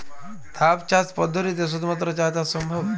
ধাপ চাষ পদ্ধতিতে শুধুমাত্র চা চাষ সম্ভব?